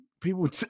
people